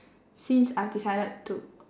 since I've decided to